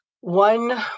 one